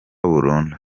burundu